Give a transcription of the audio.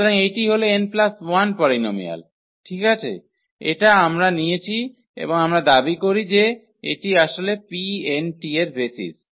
সুতরাং এইটি হল 𝑛 1 পলিনোমিয়াল ঠিক আছে এটা আমরা নিয়েছি এবং আমরা দাবি করি যে এটি আসলে 𝑃𝑛 এর বেসিস